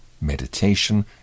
meditation